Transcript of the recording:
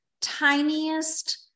tiniest